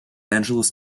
angeles